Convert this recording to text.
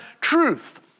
truth